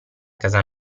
casa